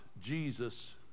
Jesus